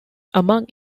among